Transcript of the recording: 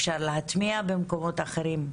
אפשר להטמיע במקומות אחרים.